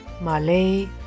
Malay